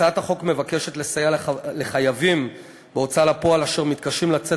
הצעת החוק מבקשת לסייע לחייבים בהוצאה לפועל אשר מתקשים לצאת